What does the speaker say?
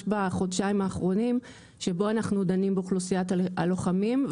בחודשיים האחרונים שבו אנחנו דנים באוכלוסיית הלוחמים.